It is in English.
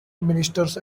ministers